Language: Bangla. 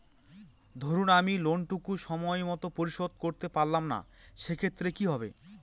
ধরুন আমি লোন টুকু সময় মত পরিশোধ করতে পারলাম না সেক্ষেত্রে কি হবে?